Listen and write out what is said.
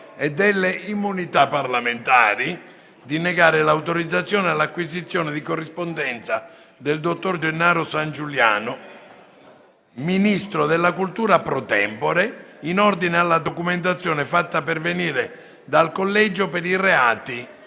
e delle immunità parlamentari di negare l'autorizzazione all'acquisizione di corrispondenza del dottor Gennaro Sangiuliano, Ministro della cultura *pro tempore*, in ordine alla documentazione fatta pervenire dal collegio per i reati